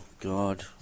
God